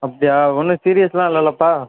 அப்படியா ஒன்றும் சீரியஸ்லாம் இல்லைல்லப்பா